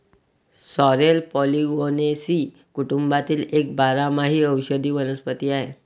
sorrel Polygonaceae कुटुंबातील एक बारमाही औषधी वनस्पती आहे